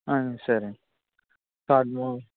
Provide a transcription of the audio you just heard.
సరే అండి